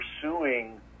pursuing